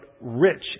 rich